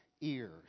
ears